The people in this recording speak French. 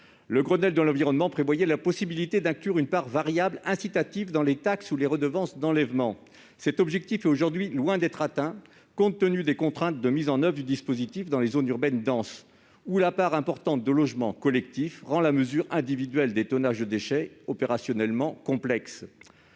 Le Grenelle de l'environnement prévoyait la possibilité d'inclure une part variable incitative dans les taxes ou redevances d'enlèvement. Cet objectif est loin d'être atteint aujourd'hui, compte tenu des contraintes de mise en oeuvre du dispositif dans les zones urbaines denses, où la part importante de logements collectifs rend la mesure individuelle du tonnage des déchets opérationnellement complexe.